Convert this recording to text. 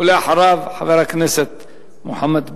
אחריו, חבר הכנסת מוחמד ברכה.